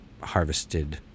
harvested